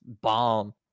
bomb